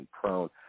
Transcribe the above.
prone